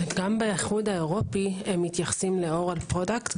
גם באיחוד האירופי הם מתייחסים לאוראל פרוקדט